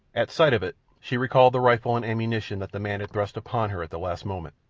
at sight of it she recalled the rifle and ammunition that the man had thrust upon her at the last moment.